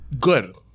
Good